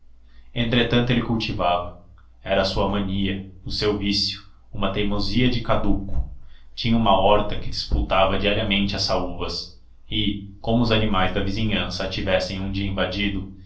entretanto ele cultivava era a sua mania o seu vício uma teimosia de caduco tinha uma horta que disputava diariamente às saúvas e como os animais da vizinhança a tivessem um dia invadido